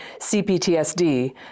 CPTSD